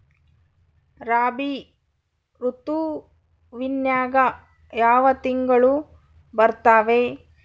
ರಾಬಿ ಋತುವಿನ್ಯಾಗ ಯಾವ ತಿಂಗಳು ಬರ್ತಾವೆ?